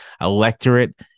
electorate